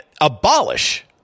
abolish